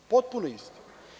Potpuno isti.